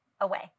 away